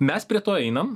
mes prie to einam